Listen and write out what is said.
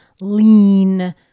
Lean